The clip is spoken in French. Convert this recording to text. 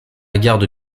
garde